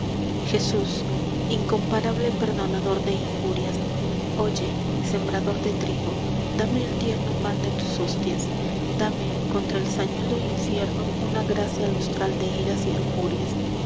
jesús incomparable perdonador de injurias oye sembrador de trigo dame el tierno pan de tus hostias dame contra el sañudo infierno una gracia lustral de iras y